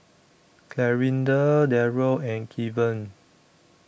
Clarinda Daryl and Keven